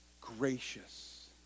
gracious